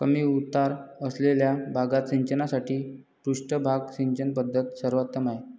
कमी उतार असलेल्या भागात सिंचनासाठी पृष्ठभाग सिंचन पद्धत सर्वोत्तम आहे